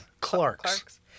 Clark's